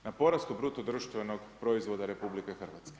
Na porastu bruto društvenog proizvoda RH.